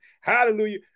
Hallelujah